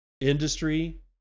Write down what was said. industry